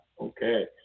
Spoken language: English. Okay